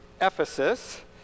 Ephesus